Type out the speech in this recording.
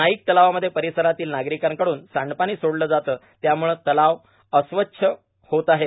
नाईक तलावामध्ये र्पारसरातील नार्गारकांकडून सांडपाणी सोडलं जातं त्यामुळं तलाव अस्वच्छ होत आहे